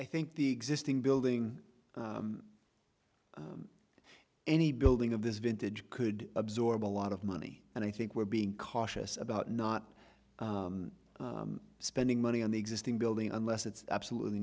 i think the existing building any building of this vintage could absorb a lot of money and i think we're being cautious about not spending money on the existing building unless it's absolutely